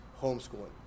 homeschooling